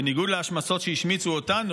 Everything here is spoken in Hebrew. בניגוד להשמצות שהשמיצו אותנו,